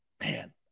Man